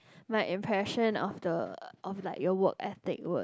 my impression of the of like your work ethic would